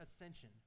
ascension